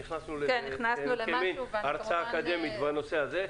נכנסנו להרצאה אקדמית בנושא הזה.